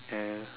yeah